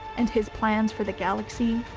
and his plans for the galaxy,